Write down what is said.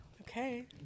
Okay